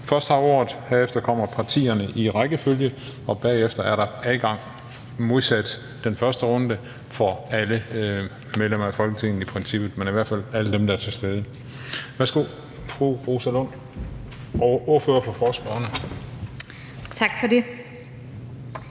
først har ordet, herefter kommer partierne i rækkefølge, og bagefter er der, modsat den første runde, adgang til korte bemærkninger for alle medlemmer af Folketinget i princippet, men i hvert fald alle dem, der er til stede. Værsgo til fru Rosa Lund, ordfører for forespørgerne.